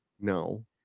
no